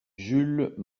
jules